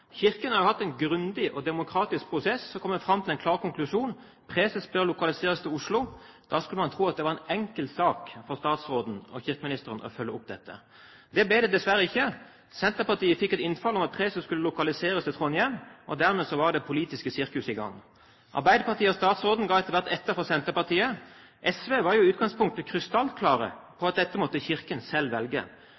Kirken har hatt en grundig og demokratisk prosess og kommet fram til en klar konklusjon: Preses bør lokaliseres til Oslo. Man skulle tro at det var en enkel sak for statsråden og kirkeministeren å følge dette opp. Det var det dessverre ikke. Senterpartiet fikk et innfall om at preses skulle lokaliseres til Trondheim, og dermed var det politiske sirkuset i gang. Arbeiderpartiet og statsråden ga etter hvert etter for Senterpartiet. SV var i utgangspunktet krystallklare på